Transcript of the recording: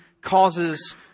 causes